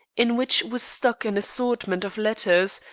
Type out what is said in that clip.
in which was stuck an assortment of letters,